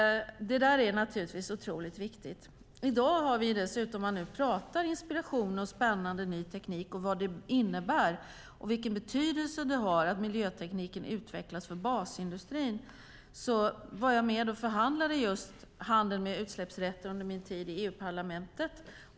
Det är otroligt viktigt. Man talar om inspiration och spännande ny teknik, vad det innebär och vilken betydelse det har att miljötekniken utvecklas för basindustrin. Jag var med och förhandlade om handeln med utsläppsrätter under min tid i EU-parlamentet.